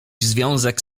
związek